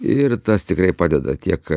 ir tas tikrai padeda tiek